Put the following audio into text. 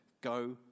go